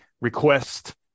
request